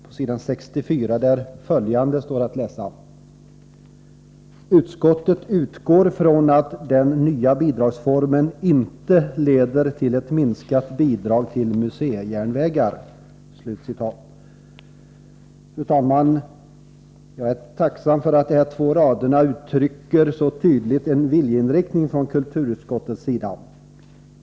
På s. 64 står följande att läsa: ”Utskottet utgår från att den nya bidragsformen inte leder till ett minskat bidrag till museijärnvägar.” Fru talman! Jag är tacksam för att de här två raderna så tydligt uttrycker en viljeinriktning från kulturutskottets sida.